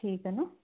ठीक है ना